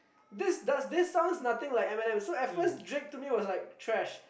this does this sound nothing like Eminem so at first Drake told me it was like trash